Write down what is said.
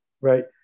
right